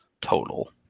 total